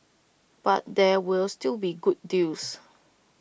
but there will still be good deals